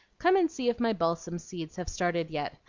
come and see if my balsam-seeds have started yet.